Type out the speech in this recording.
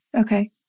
Okay